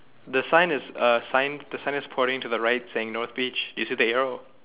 the sign is a sign the sign is pointing to the right saying north beach you see the arrow